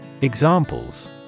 Examples